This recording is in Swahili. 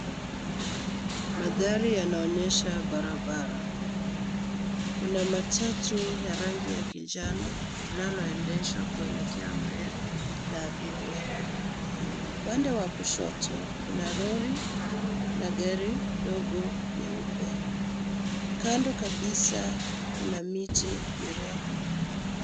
Mandhari yanaonyesha barabara. Kuna matatu ya rangi ya kinjano linaloendeshwa kuelekea mbele la abiria. Upande wa kushoto, kuna lori na gari ndogo nyeupe. Kando kabisa kuna miti mirefu.